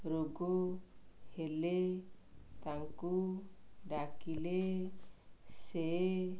ରୋଗ ହେଲେ ତାଙ୍କୁ ଡାକିଲେ ସେ